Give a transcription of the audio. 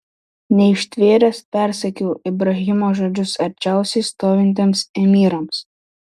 neištvėręs persakiau ibrahimo žodžius arčiausiai stovintiems emyrams